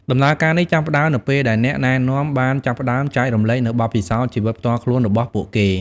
ដំណើរការនេះចាប់ផ្តើមនៅពេលដែលអ្នកណែនាំបានចាប់ផ្តើមចែករំលែកនូវបទពិសោធន៍ជីវិតផ្ទាល់ខ្លួនរបស់ពួកគេ។